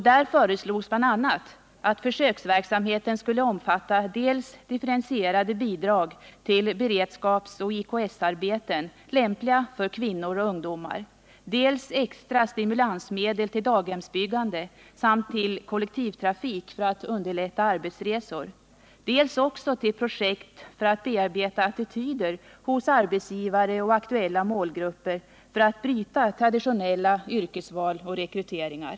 Där föreslogs bl.a. att försöksverksamheten skulle omfatta dels differentierade bidrag till beredskapsoch IKS-arbeten - IKS = intensifierad kommunal sysselsättningsplanering — lämpliga för kvinnor och ungdomar, dels extra stimulansmedel till daghemsbyggande samt till kollektivtrafik för att underlätta arbetsresor, dels också till projekt för att bearbeta attityder hos arbetsgivare och aktuella målgrupper för att bryta traditionella yrkesval och rekryteringar.